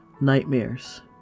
nightmares